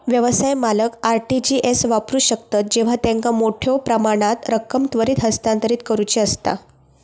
व्यवसाय मालक RTGS वापरू शकतत जेव्हा त्यांका मोठ्यो प्रमाणात रक्कम त्वरित हस्तांतरित करुची असता